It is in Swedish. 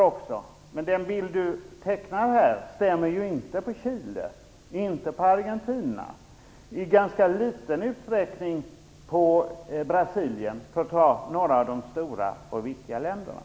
Den bild som Hans Andersson här tecknar stämmer inte på Chile och Argentina och bara i ganska liten utsträckning på Brasilien - för att nämna några av de stora och viktiga länderna.